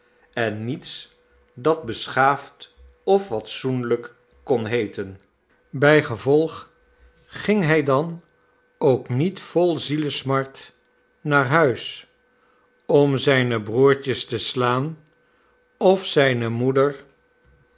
en niets dat beschaafd of fatsoenlijk kon heeten bijgevolg ging hij dan ook niet vol zielesmart naar huis om zijne broertjes te slaan of zijne moeder